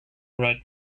right